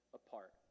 apart